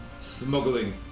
smuggling